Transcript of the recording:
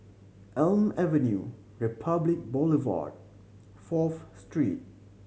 Elm Avenue Republic Boulevard Fourth Street